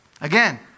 Again